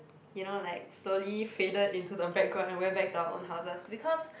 you know like slowly faded into the background and went back to our own houses because